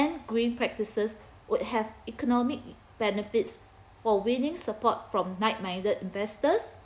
green practices would have economic benefits for winning support from right minded investors